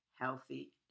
healthy